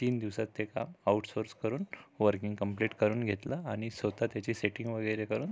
तीन दिवसात ते काम आऊटसोर्स करून वर्किंग कम्प्लिट करून घेतलं आणि स्वतः त्याची सेटिंग वगैरे करून